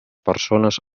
persones